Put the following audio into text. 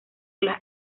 las